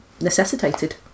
necessitated